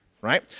Right